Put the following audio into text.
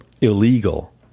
illegal